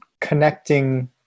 connecting